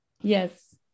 Yes